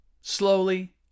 Slowly